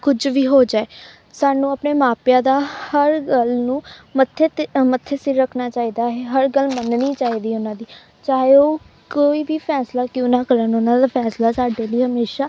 ਕੁਝ ਵੀ ਹੋ ਜਾਏ ਸਾਨੂੰ ਆਪਣੇ ਮਾਪਿਆਂ ਦਾ ਹਰ ਗੱਲ ਨੂੰ ਮੱਥੇ 'ਤੇ ਮੱਥੇ ਸਿਰ ਰੱਖਣਾ ਚਾਹੀਦਾ ਹੈ ਹਰ ਗੱਲ ਮੰਨਣੀ ਚਾਹੀਦੀ ਉਹਨਾਂ ਦੀ ਚਾਹੇ ਉਹ ਕੋਈ ਵੀ ਫੈਸਲਾ ਕਿਉਂ ਨਾ ਕਰਨ ਉਹਨਾਂ ਦਾ ਫੈਸਲਾ ਸਾਡੇ ਲਈ ਹਮੇਸ਼ਾ